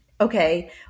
Okay